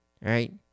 right